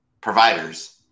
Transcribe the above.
providers